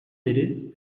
beri